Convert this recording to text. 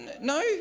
no